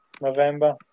November